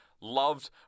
loved